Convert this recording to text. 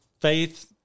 faith